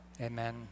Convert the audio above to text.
Amen